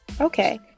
Okay